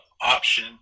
option